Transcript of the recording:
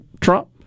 Trump